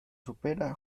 supera